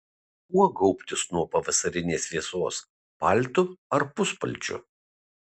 kuo gaubtis nuo pavasarinės vėsos paltu ar puspalčiu